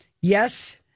Yes